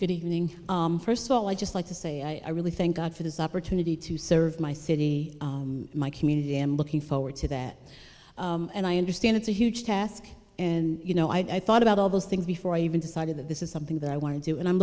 good evening first of all i'd just like to say i really thank god for this opportunity to serve my city my community i'm looking forward to that and i understand it's a huge task and you know i thought about all those things before i even decided that this is something that i want to do and i'm